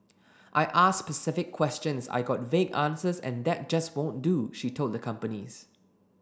I asked specific questions I got vague answers and that just won't do she told the companies